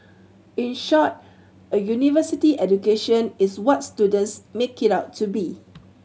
in short a university education is what students make it out to be